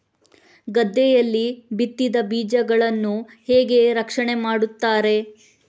ಗದ್ದೆಯಲ್ಲಿ ಬಿತ್ತಿದ ಬೀಜಗಳನ್ನು ಹೇಗೆ ರಕ್ಷಣೆ ಮಾಡುತ್ತಾರೆ?